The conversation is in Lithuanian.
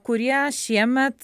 kurie šiemet